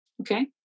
okay